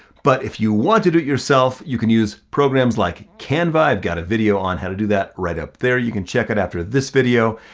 but if you want to do it yourself, you can use programs like canva, i've got a video on how to do that right up there, you can check it after this video,